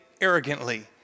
arrogantly